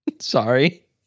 Sorry